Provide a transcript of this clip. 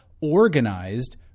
organized